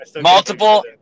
Multiple